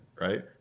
right